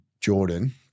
Jordan